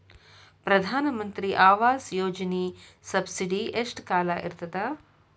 ಪ್ರಧಾನ ಮಂತ್ರಿ ಆವಾಸ್ ಯೋಜನಿ ಸಬ್ಸಿಡಿ ಎಷ್ಟ ಕಾಲ ಇರ್ತದ?